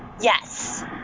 Yes